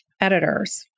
editors